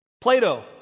Plato